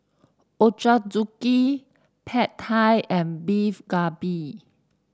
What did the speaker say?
Ochazuke Pad Thai and Beef Galbi